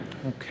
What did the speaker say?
Okay